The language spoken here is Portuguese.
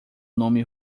nome